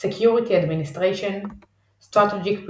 Security Administration Strategic Planning